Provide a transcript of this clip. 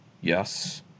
Yes